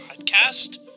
Podcast